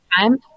time